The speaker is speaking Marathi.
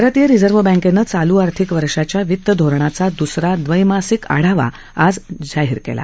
भारतीय रिझर्व्ह बँकेनं चालू आर्थिक वर्षाच्या वित्तधोरणाचा द्रसरा द्वैमासिक आढावा आज जाहीर केला